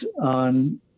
on